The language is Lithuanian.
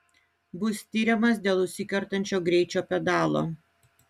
bus tiriamas dėl užsikertančio greičio pedalo